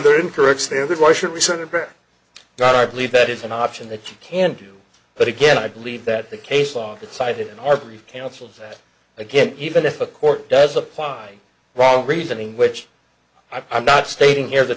their incorrect standard why should we senator or not i believe that is an option that you can do but again i believe that the case officer cited in our grief counselors that again even if a court does apply wrong reasoning which i'm not stating here the